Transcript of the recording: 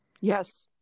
Yes